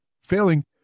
failing